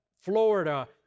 Florida